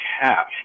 half